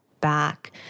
back